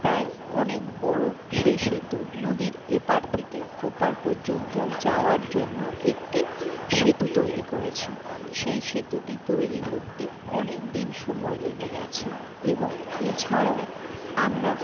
প্রায় অনেক বড় সেই সেতু নদীর এপার থেকে ওপার পর্যন্ত যাওয়ার জন্য একটি সেতু তৈরি করেছি সেই সেতুটি তৈরি করতে অনেক দিন সময় লেগে গিয়েছে এবং এছাড়াও আমরা